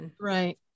Right